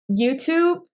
YouTube